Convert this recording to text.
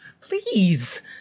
Please